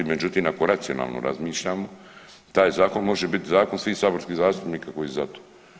Međutim ako racionalno razmišljam taj zakon može biti zakon svih saborskih zastupnika koji su za to.